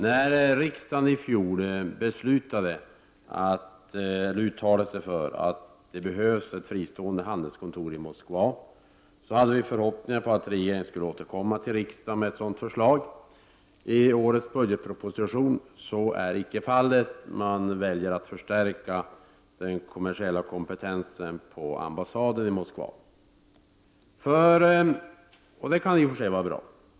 När riksdagen i fjol uttalade att det behövs ett fristående handelskontor i Moskva, hade vi för hoppningar att regeringen skulle återkomma till riksdagen med förslag om inrättande av ett sådant. I årets budgetproposition är så icke fallet. Man väljer att förstärka den kommersiella kompetensen på ambassaden i Moskva, och det kan i och för sig vara bra.